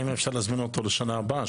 האם אפשר להזמין אותו לשנה הבאה,